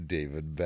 David